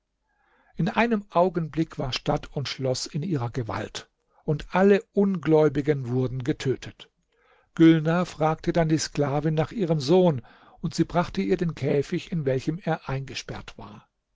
in einem augenblick war stadt und schloß in ihrer gewalt und alle ungläubigen wurden getötet gülnar fragte dann die sklavin nach ihrem sohn und sie brachte ihr den käfig in welchem er eingesperrt war